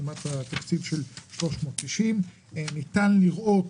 לעומת תקציב של 390. ניתן לראות